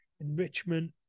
enrichment